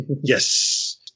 Yes